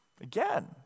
Again